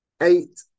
eight